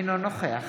אינו נוכח